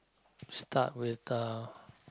start with uh